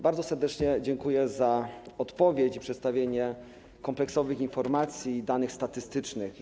Bardzo serdecznie dziękuję za odpowiedź i przedstawienie kompleksowych informacji i danych statystycznych.